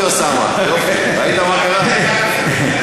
נכון.